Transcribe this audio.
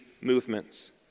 movements